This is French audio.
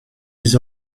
les